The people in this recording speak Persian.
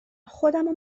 خودمو